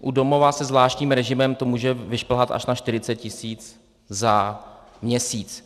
U domova se zvláštním režimem to může vyšplhat až na 40 tisíc za měsíc.